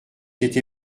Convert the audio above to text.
été